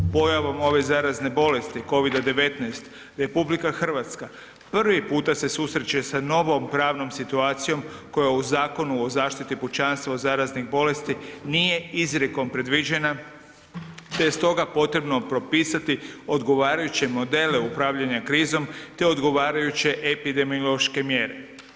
Pojavom ove zarazne bolesti Covida-19 RH prvi puta se susreće sa novom pravnom situacijom koja u Zakonu o zaštiti pučanstva od zaraznih bolesti nije izrijekom predviđena te je stoga potrebno propisati odgovarajuće modele upravljanja krizom te odgovarajuće epidemiološke mjere.